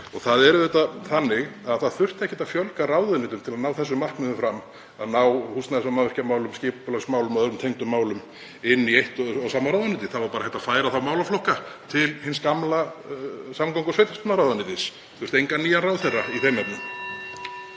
Það er auðvitað þannig að það þurfti ekkert að fjölga ráðuneytum til að ná þeim markmiðum fram að ná húsnæðis- og mannvirkjamálum, skipulagsmálum og öðrum tengdum málum inn í eitt og sama ráðuneytið. Það var bara hægt að færa þá málaflokka til hins gamla samgöngu- og sveitarstjórnarráðuneytis. Það þurfti engan nýjan ráðherra í þeim efnum.